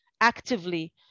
actively